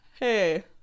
Hey